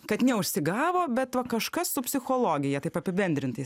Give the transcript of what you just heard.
kad neužsigavo bet va kažkas su psichologija taip apibendrintai